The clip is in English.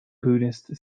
buddhist